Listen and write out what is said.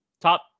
top